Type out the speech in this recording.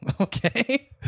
Okay